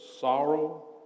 sorrow